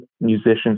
musicians